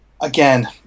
again